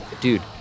dude